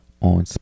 on